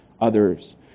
others